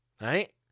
right